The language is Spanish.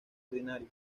ordinario